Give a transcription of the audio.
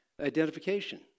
identification